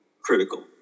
critical